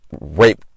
rape